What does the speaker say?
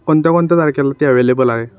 कोणत्या कोणत्या तारखेला ती अवेलेबल आहे